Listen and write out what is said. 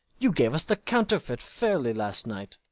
you gave us the counterfeit fairly last night.